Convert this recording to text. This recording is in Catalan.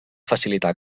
facilitar